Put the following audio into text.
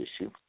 issue